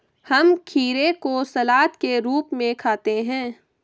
हम खीरे को सलाद के रूप में खाते हैं